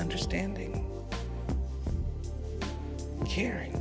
understanding hearing